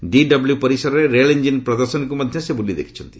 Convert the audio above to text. ଡିଡବ୍ଲ୍ୟ ପରିସରରେ ରେଳ ଇଞ୍ଜିନ ପ୍ରଦର୍ଶନୀକୁ ମଧ୍ୟ ସେ ବୁଲି ଦେଖିଛନ୍ତି